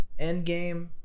Endgame